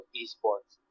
eSports